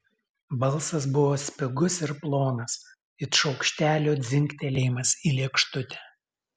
balsas buvo spigus ir plonas it šaukštelio dzingtelėjimas į lėkštutę